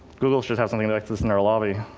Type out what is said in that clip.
google should have something like this in their lobby.